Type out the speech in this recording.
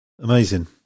Amazing